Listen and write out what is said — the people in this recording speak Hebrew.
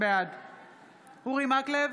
בעד אורי מקלב,